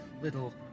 little